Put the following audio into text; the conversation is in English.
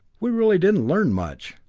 we really didn't learn much.